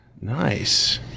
nice